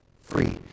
free